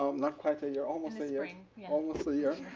um not quite a year, almost a year. you know almost a year.